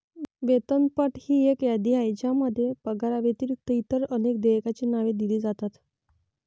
वेतनपट ही एक यादी आहे ज्यामध्ये पगाराव्यतिरिक्त इतर अनेक देयकांची नावे दिली जातात